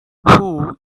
who